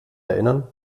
erinnern